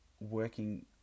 working